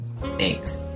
Thanks